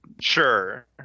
sure